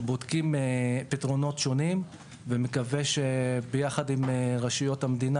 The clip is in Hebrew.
בודקים פתרונות שונים ומקווים שעם רשויות המדינה